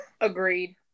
Agreed